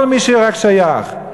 כל מי שרק שייך,